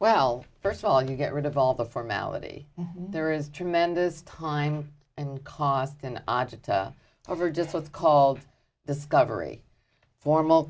well first of all you get rid of all the formality there is tremendous time and cost and object over just what's called discovery formal